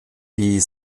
die